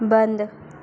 बंद